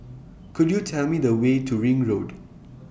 Could YOU Tell Me The Way to Ring Road